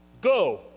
Go